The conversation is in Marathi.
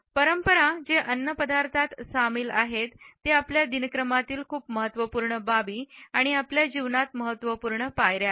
परंपरा जे अन्नपदार्थात सामील आहेत ते आपल्या दिनक्रमातील खूप महत्त्वपूर्ण बाबी आणि आपल्या जीवनात महत्त्वपूर्ण पायर्या आहे